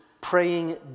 praying